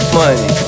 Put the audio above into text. money